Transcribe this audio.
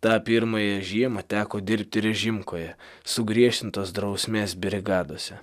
tą pirmąją žiemą teko dirbti režimkoje sugriežtintos drausmės brigadose